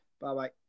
Bye-bye